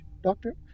doctor